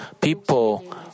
people